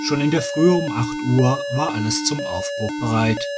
schon in der frühe um acht uhr war alles zum aufbruch bereit